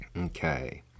Okay